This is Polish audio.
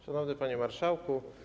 Szanowny Panie Marszałku!